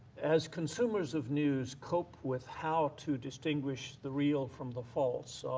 as consumers of news cope with how to distinguish the real from the false,